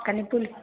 कनि पू